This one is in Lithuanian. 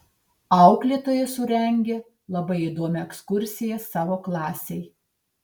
auklėtoja surengė labai įdomią ekskursiją savo klasei